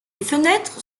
fenêtres